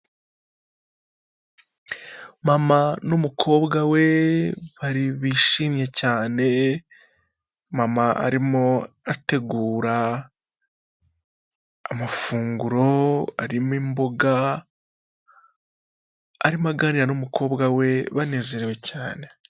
Mama n'umukobwa we bishimye cyane mama arimo ategura amafunguro arimo imboga, arimo aganira n'umukobwa we banezerewe cyane.